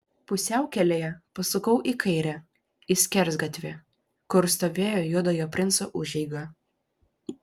pusiaukelėje pasukau į kairę į skersgatvį kur stovėjo juodojo princo užeiga